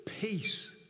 peace